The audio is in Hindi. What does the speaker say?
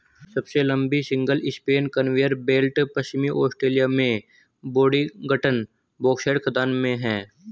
सबसे लंबी सिंगल स्पैन कन्वेयर बेल्ट पश्चिमी ऑस्ट्रेलिया में बोडिंगटन बॉक्साइट खदान में है